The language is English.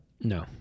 No